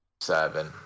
Seven